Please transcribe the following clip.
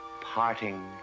Parting